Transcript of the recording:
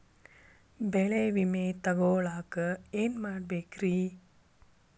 ಬೆಳೆ ವಿಮೆ ತಗೊಳಾಕ ಏನ್ ಮಾಡಬೇಕ್ರೇ?